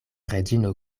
reĝino